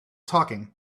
talking